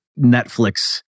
Netflix